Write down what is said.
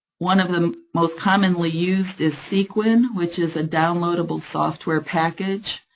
one of the most commonly used is sequin, which is a downloadable software package,